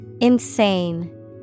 Insane